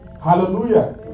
Hallelujah